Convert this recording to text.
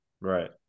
right